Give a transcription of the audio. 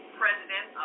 president